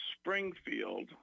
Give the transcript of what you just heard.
Springfield